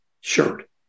shirt